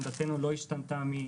עמדתנו לא השתנתה.